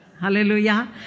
Hallelujah